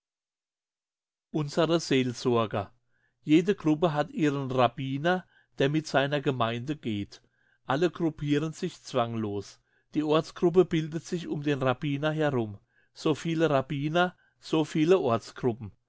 unsere seelsorger jede gruppe hat ihren rabbiner der mit seiner gemeinde geht alle gruppiren sich zwanglos die ortsgruppe bildet sich um den rabbiner herum so viele rabbiner so viele